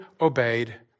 obeyed